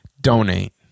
donate